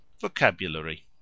Vocabulary